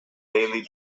daily